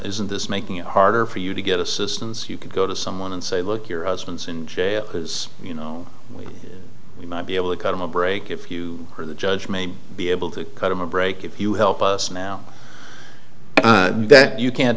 isn't this making it harder for you to get assistance you could go to someone and say look you're us once in jail because you know we might be able to cut him a break if you are the judge may be able to cut him a break if you help us now that you can't